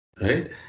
right